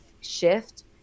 shift